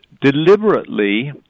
deliberately